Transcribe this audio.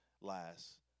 last